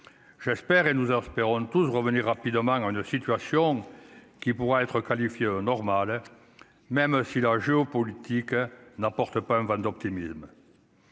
j'espère et nous aspirons tous revenir rapidement à une situation qui pourra être normal, même si la géopolitique n'apporte pas un vent d'optimisme